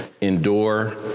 endure